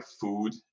food